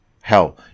Hell